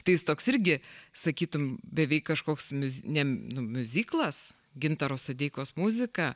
tai jis toks irgi sakytum beveik kažkoks miu ne nu miuziklas gintaro sodeikos muzika